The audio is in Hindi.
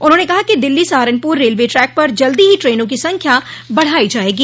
उन्होंने कहा कि दिल्ली सहारनपुर रेलवे ट्रैक पर जल्दी ही ट्रेनों की संख्या बढ़ायी जायेगी